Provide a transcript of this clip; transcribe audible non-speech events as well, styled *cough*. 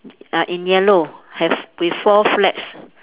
*noise* uh in yellow have with four flags